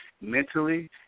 mentally